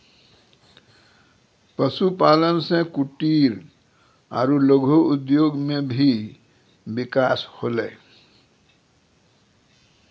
पशुपालन से कुटिर आरु लघु उद्योग मे भी बिकास होलै